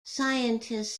scientists